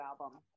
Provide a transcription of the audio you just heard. album